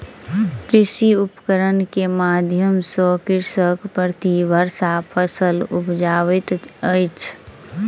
कृषि उपकरण के माध्यम सॅ कृषक प्रति वर्ष फसिल उपजाबैत अछि